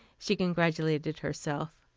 she congratulated herself.